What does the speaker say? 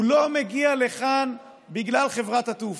הוא לא מגיע לכאן בגלל חברת התעופה,